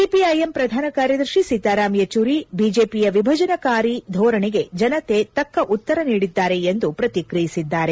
CPIM ಪ್ರಧಾನ ಕಾರ್ಯದರ್ಶಿ ಸೀತಾರಾಮ್ ಯೆಚೂರಿ ಬಿಜೆಪಿಯ ವಿಭಜನಕಾರಿ ಧೋರಣೆಗೆ ಜನತೆ ತಕ್ಕ ಉತ್ತರ ನೀಡಿದ್ದಾರೆ ಎಂದು ಪ್ರತಿಕ್ರಿಯಿಸಿದ್ದಾರೆ